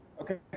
okay